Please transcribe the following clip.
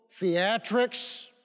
theatrics